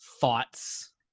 thoughts